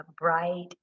bright